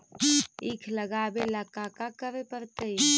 ईख लगावे ला का का करे पड़तैई?